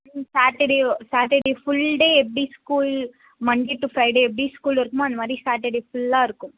ம் Saturday Saturday full day எப்படி school Monday to Friday எப்படி ஸ்கூல் இருக்குமோ அந்தமாதிரி சாட்டர்டே ஃபுல்லாக இருக்கும்